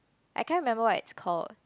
I can't remember what it's called